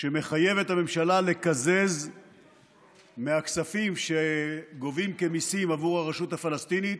שמחייב את הממשלה לקזז מהכספים שגובים כמיסים עבור הרשות הפלסטינית